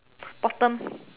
bottom